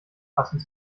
passend